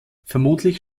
vermutlich